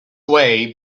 way